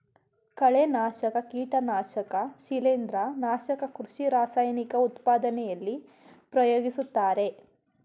ಕಳೆನಾಶಕ, ಕೀಟನಾಶಕ ಶಿಲಿಂದ್ರ, ನಾಶಕ ಕೃಷಿ ರಾಸಾಯನಿಕ ಉತ್ಪಾದನೆಯಲ್ಲಿ ಪ್ರಯೋಗಿಸುತ್ತಾರೆ